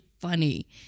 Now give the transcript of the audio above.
funny